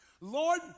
Lord